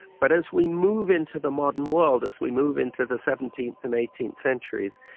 but as we move into the modern world, as we move into the seventeenth and eighteenth centuries,